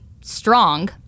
strong